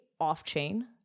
off-chain